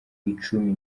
icumi